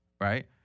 right